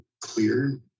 clear